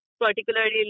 particularly